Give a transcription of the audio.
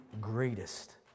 greatest